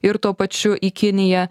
ir tuo pačiu į kiniją